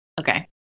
okay